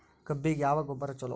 ಕಬ್ಬಿಗ ಯಾವ ಗೊಬ್ಬರ ಛಲೋ?